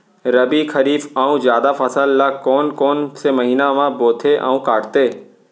रबि, खरीफ अऊ जादा फसल ल कोन कोन से महीना म बोथे अऊ काटते?